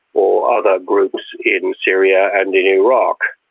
or other groups in syria and in iraq.